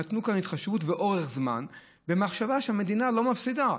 נתנו כאן התחשבות ואורך זמן במחשבה שהמדינה לא מפסידה.